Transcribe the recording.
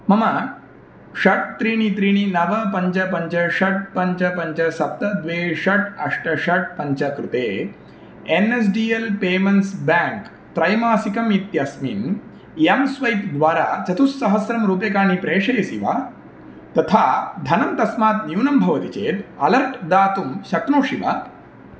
मम षट् त्रीणि त्रीणि नव पञ्च पञ्च षट् पञ्च पञ्च सप्त द्वे षट् अष्ट षट् पञ्च कृते N S D L payments bank त्रैमासिकमित्यस्मिन् एं स्वैप् द्वारा चतुस्सहस्रं रूप्यकाणि प्रेषयसि वा तथा धनं तस्मात् न्यूनं भवति चेद् अलर्ट् दातुं शक्नोषि वा